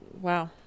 wow